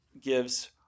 gives